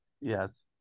Yes